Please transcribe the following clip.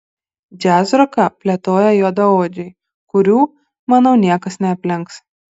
džiazroką plėtoja juodaodžiai kurių manau niekas neaplenks